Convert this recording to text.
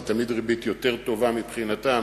זה תמיד ריבית יותר טובה מבחינתם